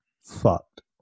fucked